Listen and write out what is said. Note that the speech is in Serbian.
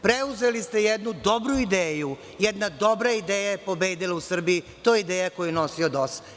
Preuzeli ste jednu dobru ideju, jedna dobra ideja je pobedila u Srbiju, to je ideja koju je nosio DOS.